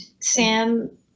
Sam